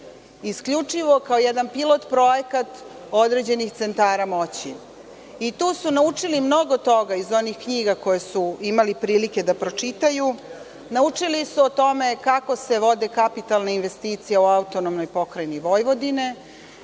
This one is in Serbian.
isključivo kao jedan pilot projekat određenih centara moći. Tu su naučili mnogo toga iz onih knjiga koje su imali prilike da pročitaju. Naučili su o tome kako se vode kapitalne investicije AP Vojvodini,